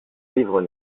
livre